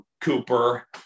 Cooper